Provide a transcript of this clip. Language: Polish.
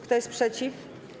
Kto jest przeciw?